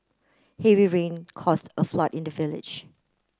heavy rain caused a flood in the village